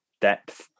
depth